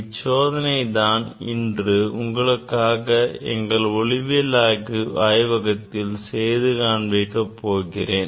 இந்த சோதனையை தான் இன்று உங்களுக்காக எங்கள் ஒளியியல் ஆய்வகத்தில் செய்து காண்பிக்கப் போகிறேன்